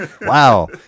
wow